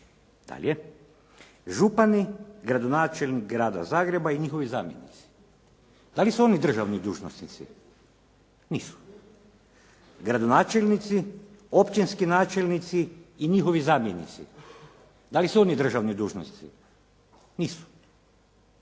Dalje, župani, gradonačelnik Grada Zagreba i njihovi zamjenici. Da li su oni državni dužnosnici? Nisu. Gradonačelnici, općinski načelnici i njihovi zamjenici. Da li su oni državni dužnosnici? Nisu.